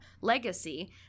legacy